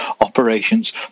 operations